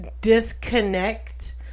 disconnect